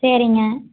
சரிங்க